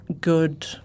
good